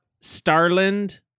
Starland